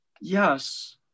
Yes